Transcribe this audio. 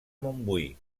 montbui